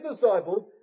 disciples